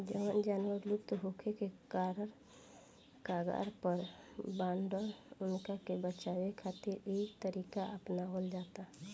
जवन जानवर लुप्त होखे के कगार पर बाड़न उनका के बचावे खातिर इ तरीका अपनावल जाता